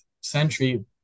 century